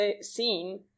seen